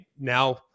now